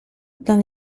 dans